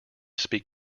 speak